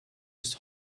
ist